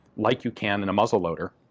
like you can in a muzzle loader.